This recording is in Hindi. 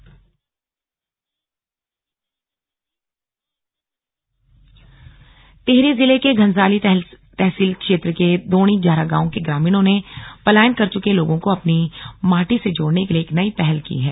स्लग पलायन पर पहल टिहरी जिले के घनसाली तहसील क्षेत्र के दोणी ग्यारहगांव के ग्रामीणों ने पलायन कर चुके लोगों को अपनी माटी से जोड़ने के लिए एक नई पहल की है